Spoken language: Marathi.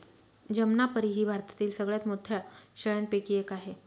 जमनापरी ही भारतातील सगळ्यात मोठ्या शेळ्यांपैकी एक आहे